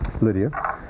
Lydia